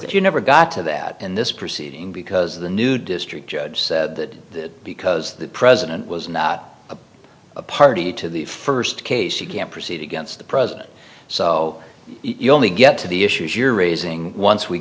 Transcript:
that you never got to that in this proceeding because the new district judge said that because the president was not a party to the first case you can't proceed against the president so you only get to the issues you're raising once we